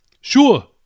Sure